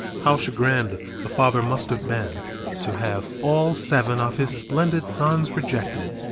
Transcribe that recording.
how chagrined the father must have been to have all seven of his splendid sons rejected!